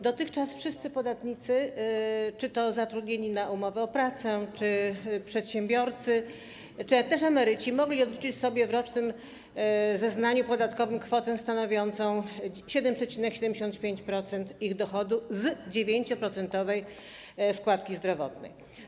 Dotychczas wszyscy podatnicy, czy to zatrudnieni na umowę o pracę, czy przedsiębiorcy, czy też emeryci, mogli odliczyć sobie w rocznym zeznaniu podatkowym kwotę stanowiącą 7,75% ich dochodu z 9-procentowej składki zdrowotnej.